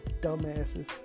dumbasses